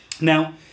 Now